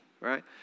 right